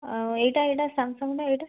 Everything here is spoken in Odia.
ଆଉ ଏଇଟା ଏଇଟା ସାମ୍ସଙ୍ଗ୍ଟା ଏଇଟା